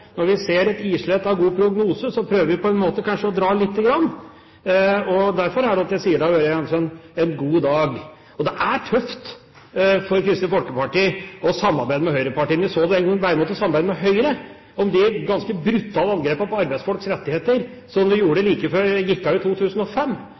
når vi registrerer at partier som vi synes har det til felles med oss at de bryr seg om folk og er opptatt av at alle skal med, og vi ser et islett av god prognose, prøver vi på en måte kanskje å dra lite grann. Derfor er det jeg sier at det har vært en god dag. Og det er tøft for Kristelig Folkeparti å samarbeide med høyrepartiene. Den gangen de måtte samarbeide bare med Høyre,